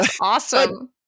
awesome